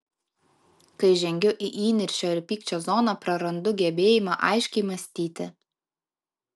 kai žengiu į įniršio ir pykčio zoną prarandu gebėjimą aiškiai mąstyti